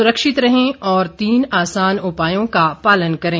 सुरक्षित रहें और तीन आसान उपायों का पालन करें